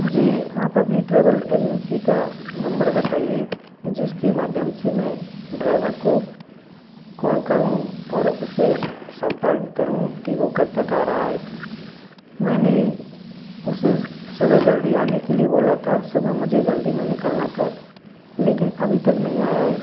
मुझे आप अपनी ट्रैवल एजेंसी का नंबर बताइए जिसके माध्यम से मैं ड्राइवर को कॉल करूं और उसे संपर्क करूं कि वह कब तक आ रहा है मैंने उसे सुबह जल्दी आने के लिए बोला था सुबह मुझे जल्दी में निकलना था लेकिन अभी तक नहीं आया है